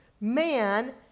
man